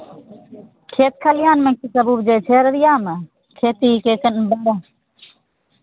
खेत खलिहानमे कीसभ उपजै छै अररियामे खेतीके कनि